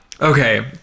okay